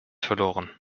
verloren